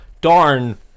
darn